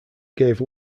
gave